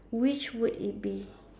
which would it be